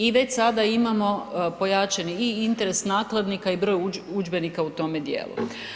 I već sada imamo pojačani i interes nakladnika i broj udžbenika u tome dijelu.